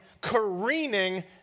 careening